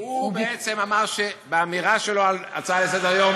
הוא בעצם אמר שבאמירה שלו של ההצעה לסדר-היום,